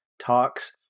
talks